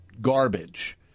garbage